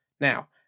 Now